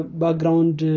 background